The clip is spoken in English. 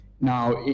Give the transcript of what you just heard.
Now